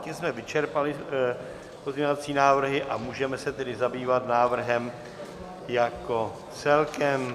Tím jsme vyčerpali pozměňovací návrhy, a můžeme se tedy zabývat návrhem jako celkem.